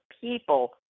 people